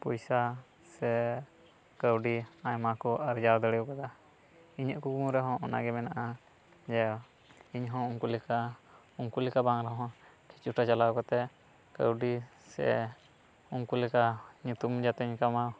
ᱯᱚᱭᱥᱟ ᱥᱮ ᱠᱟᱣᱰᱤ ᱟᱭᱢᱟ ᱠᱚ ᱟᱨᱡᱟᱣ ᱫᱟᱲᱮ ᱟᱠᱟᱫᱟ ᱤᱧᱟᱹᱜ ᱠᱩᱠᱢᱩ ᱨᱮᱦᱚᱸ ᱚᱱᱟ ᱜᱮ ᱢᱮᱱᱟᱜᱼᱟ ᱡᱮ ᱤᱧ ᱦᱚᱸ ᱩᱱᱠᱩ ᱞᱮᱠᱟ ᱩᱱᱠᱩ ᱞᱮᱠᱟ ᱵᱟᱝ ᱨᱮᱦᱚᱸ ᱠᱤᱪᱷᱩᱴᱟ ᱪᱟᱞᱟᱣ ᱠᱟᱛᱮ ᱠᱟᱣᱰᱤ ᱥᱮ ᱩᱱᱠᱩ ᱞᱮᱠᱟ ᱧᱩᱛᱩᱢ ᱡᱟᱛᱮᱧ ᱠᱟᱢᱟᱣ